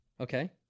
Okay